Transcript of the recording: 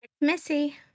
missy